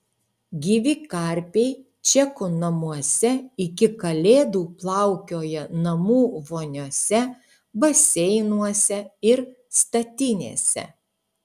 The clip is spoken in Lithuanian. gyvi karpiai čekų namuose iki kalėdų plaukioja namų voniose baseinuose ir statinėse